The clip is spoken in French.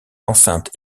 l’enceinte